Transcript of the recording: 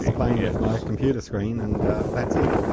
playing with my computer screen and that's it!